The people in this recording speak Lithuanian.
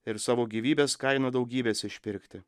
ir savo gyvybės kaina daugybės išpirkti